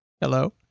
hello